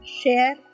share